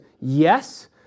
yes